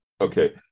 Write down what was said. Okay